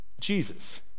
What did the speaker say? Jesus